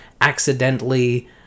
accidentally